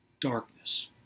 darkness